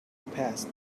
past